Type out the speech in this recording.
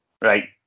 right